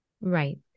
Right